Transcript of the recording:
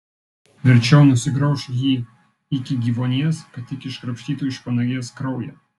verčiau nusigrauš jį iki gyvuonies kad tik iškrapštytų iš panagės kraują